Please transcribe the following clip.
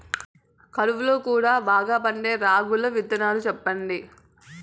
కరువు లో కూడా బాగా పండే రాగులు విత్తనాలు రకాలు చెప్పండి?